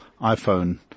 iPhone